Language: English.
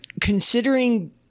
considering